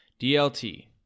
DLT